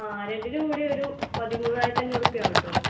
ആ രണ്ടിനും കൂടിയൊരു പതിമൂവായിരത്തഞ്ഞൂറ് റുപ്പിക ആകും കേട്ടോ